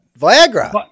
Viagra